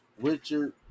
Richard